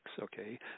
okay